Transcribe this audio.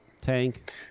tank